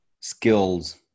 skills